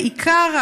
בעיקר,